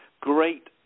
great